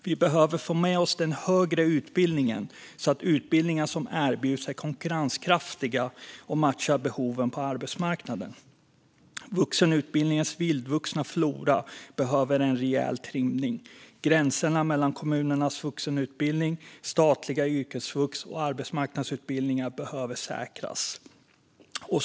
Vi behöver få med oss den högre utbildningen så att utbildningar som erbjuds är konkurrenskraftiga och matchar behoven på arbetsmarknaden. Vuxenutbildningens vildvuxna flora behöver en rejäl trimning. Gränserna mellan kommunernas vuxenutbildning, statliga yrkesvux och arbetsmarknadsutbildningar behöver säkras.